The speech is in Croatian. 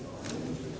Hvala